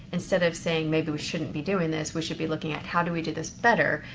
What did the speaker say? instead of saying, maybe we shouldn't be doing this, we should be looking at, how do we do this better?